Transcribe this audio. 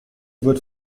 wird